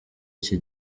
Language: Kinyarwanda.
iki